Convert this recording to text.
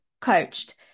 coached